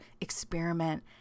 experiment